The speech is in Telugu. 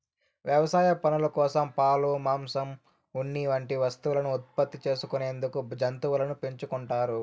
వ్యవసాయ పనుల కోసం, పాలు, మాంసం, ఉన్ని వంటి వస్తువులను ఉత్పత్తి చేసుకునేందుకు జంతువులను పెంచుకుంటారు